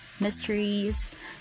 Mysteries